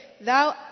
thou